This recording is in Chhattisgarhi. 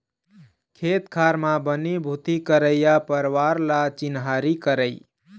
खेत खार म बनी भूथी करइया परवार ल चिन्हारी करई